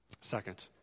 Second